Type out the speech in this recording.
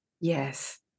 Yes